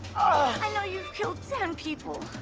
i know you've killed ten people,